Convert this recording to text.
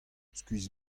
skuizh